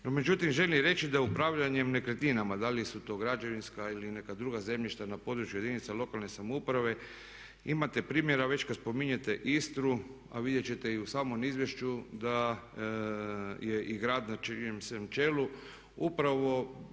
međutim želim reći da upravljanje nekretninama, da li su to građevinska ili neka druga zemljišta, na području jedinica lokalne samouprave imate primjera već kad spominjete Istru, a vidjet ćete i u samom izvješću da je i grad na čijem sam čelu upravo